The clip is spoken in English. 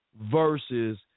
versus